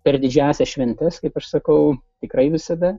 per didžiąsias šventes kaip aš sakau tikrai visada